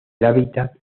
hábitat